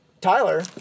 Tyler